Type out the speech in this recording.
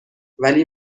ولی